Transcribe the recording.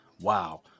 Wow